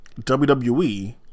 WWE